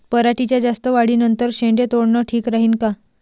पराटीच्या जास्त वाढी नंतर शेंडे तोडनं ठीक राहीन का?